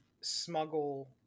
smuggle